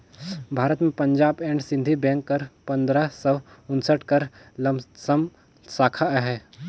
भारत में Punjab and Sind bank कर पंदरा सव उन्सठ कर लमसम साखा अहे